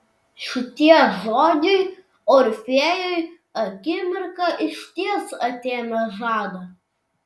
šitie žodžiai orfėjui akimirką išties atėmė žadą